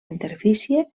interfície